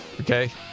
Okay